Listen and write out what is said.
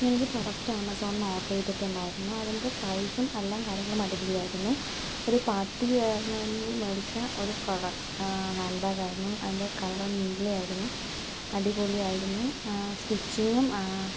ഞാനൊരു പ്രൊഡക്റ്റ് ആമസോണിൽ നിന്ന് ഓർഡർ ചെയ്തിട്ടുണ്ടായിരുന്നു അതിൻ്റെ പ്രൈസും എല്ലാം കാര്യങ്ങളും അടിപൊളിയായിരുന്നു ഒരു പാർട്ടി വെയറിന് വേണ്ടി മേടിച്ച ഒരു പ്രൊഡക് ഹാൻഡ് ബാഗ് ആയിരുന്നു അതിൻ്റെ കളർ നീലയായിരുന്നു അടിപൊളിയായിരുന്നു സ്റ്റിച്ചിങ്ങും